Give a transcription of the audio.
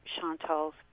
Chantal's